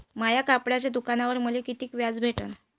माया कपड्याच्या दुकानावर मले कितीक व्याज भेटन?